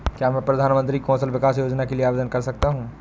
क्या मैं प्रधानमंत्री कौशल विकास योजना के लिए आवेदन कर सकता हूँ?